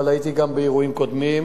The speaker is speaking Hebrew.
אבל הייתי גם באירועים קודמים.